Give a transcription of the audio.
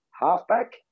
halfback